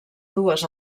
dues